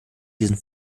diesen